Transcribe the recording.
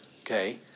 Okay